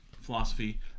philosophy